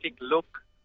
look